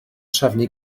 trefnu